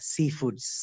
seafoods